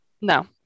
No